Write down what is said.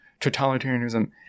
totalitarianism